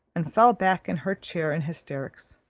and fell back in her chair in hysterics.